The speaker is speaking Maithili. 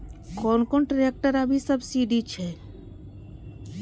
कोन कोन ट्रेक्टर अभी सब्सीडी छै?